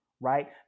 Right